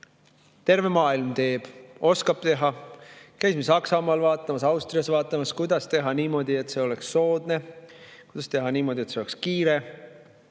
Terve maailm teeb ja oskab seda teha. Käisime Saksamaal ja Austrias vaatamas, kuidas teha niimoodi, et see oleks soodne, kuidas teha niimoodi, et see oleks kiire.